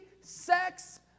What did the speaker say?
sex